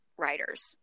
writers